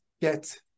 get